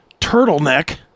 turtleneck